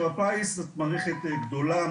הפיס זאת מערכת גדולה,